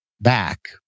back